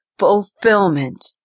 fulfillment